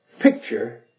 picture